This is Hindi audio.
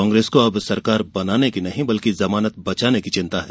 कांग्रेस को अब सरकार बनाने की नहीं बल्कि जमानत बचाने की चिंता है